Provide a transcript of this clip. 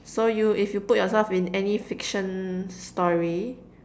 so you if you put yourself in any fiction story